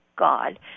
God